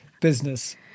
business